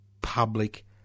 public